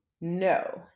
No